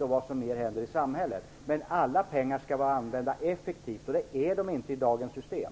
och vad som händer i samhället. Men alla pengar skall användas effektivt. Det sker inte i dagens system.